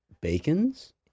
Bacons